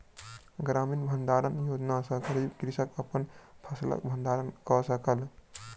ग्रामीण भण्डारण योजना सॅ गरीब कृषक अपन फसिलक भण्डारण कय सकल